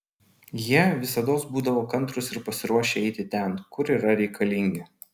jie visados būdavo kantrūs ir pasiruošę eiti ten kur yra reikalingi